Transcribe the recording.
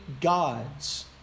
gods